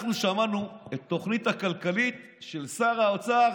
אנחנו שמענו את התוכנית הכלכלית של שר האוצר